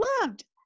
loved